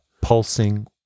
pulsing